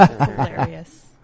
Hilarious